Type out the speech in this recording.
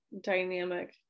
dynamic